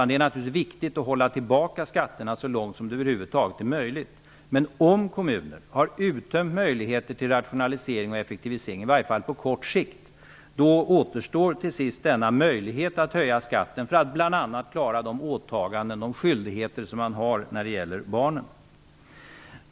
Det är naturligtvis viktigt att hålla tillbaka skatterna så långt som det över huvud taget är möjligt. Men om kommunen har uttömt möjligheterna till rationalisering och effektivisering, i varje fall på kort sikt, återstår till sist denna möjligt att höja skatten för att bl.a. klara de skyldigheter, som man har när det gäller barnen.